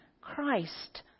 Christ